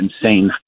insane